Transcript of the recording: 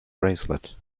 bracelet